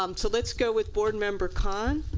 um so let's go with board member khan.